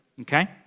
okay